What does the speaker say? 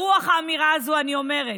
ברוח האמירה הזו, אני אומרת: